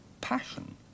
passion